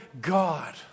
God